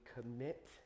commit